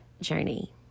journey